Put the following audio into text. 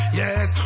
yes